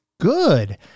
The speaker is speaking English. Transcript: good